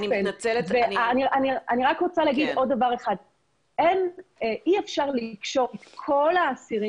אני רוצה להגיד רק עוד דבר אחד: אי אפשר לקשור את כל האסירים